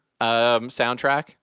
soundtrack